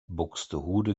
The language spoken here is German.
buxtehude